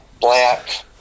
black